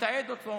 לתעד אותו,